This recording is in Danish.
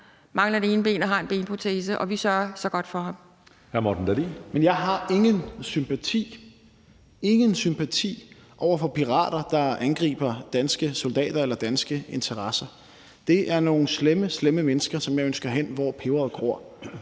Morten Dahlin (V): Men jeg har ingen sympati – ingen sympati – over for pirater, der angriber danske soldater eller danske interesser. Det er nogle slemme, slemme mennesker, som jeg ønsker hen, hvor peberet gror.